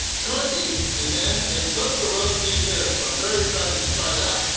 turkey, and then they cook the roast beef here so i'm very excited to try that!